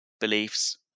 beliefs